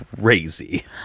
crazy